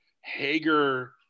Hager